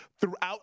Throughout